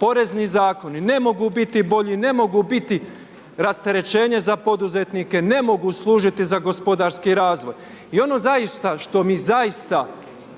porezni zakoni ne mogu biti bolji, ne mogu biti rasterećenje za poduzetnike, ne mogu služiti za gospodarski razvoj. I ono zaista, što mi zaista